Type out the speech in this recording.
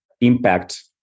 impact